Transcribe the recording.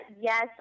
yes